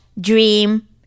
dream